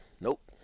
Nope